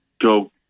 go